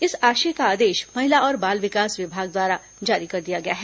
इस आशय का आदेश महिला और बाल विकास विभाग द्वारा जारी कर दिया गया है